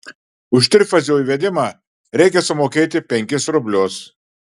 už trifazio įvedimą reikia sumokėti penkis rublius